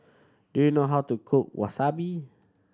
do you know how to cook Wasabi